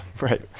right